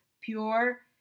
pure